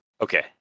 Okay